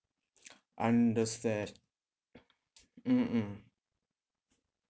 understand mm mm